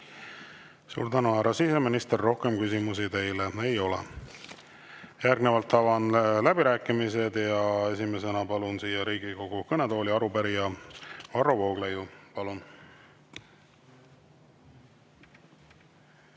Suur tänu, härra siseminister! Rohkem küsimusi teile ei ole. Järgnevalt avan läbirääkimised ja esimesena palun siia Riigikogu kõnetooli arupärija Varro Vooglaiu. Palun!